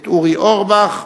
את אורי אורבך,